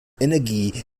energie